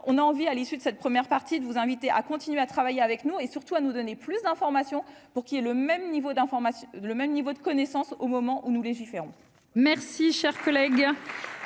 on a envie, à l'issue de cette première partie de vous inviter à continuer à travailler avec nous et surtout à nous donner plus d'informations pour qu'il ait le même niveau d'information, le même niveau de connaissances au moment où nous légiférons. Merci, cher collègue,